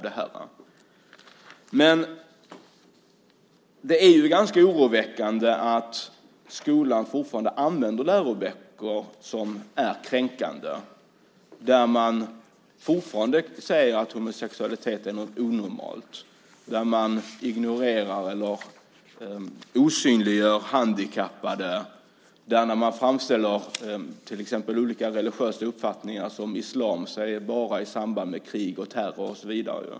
Det är dock ganska oroväckande att skolan fortfarande använder läroböcker som är kränkande, där man fortfarande säger att homosexualitet är något onormalt, där man ignorerar eller osynliggör handikappade och där man framställer olika religiösa uppfattningar, till exempel islam, bara i samband med krig och terror och så vidare.